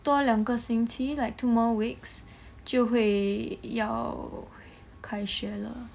多两个星期 like two more weeks 就会要开学了